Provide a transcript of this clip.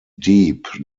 deep